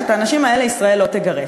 ואת האנשים האלה ישראל לא תגרש.